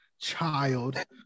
child